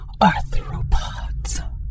arthropods